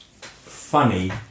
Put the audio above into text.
funny